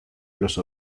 los